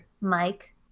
Mike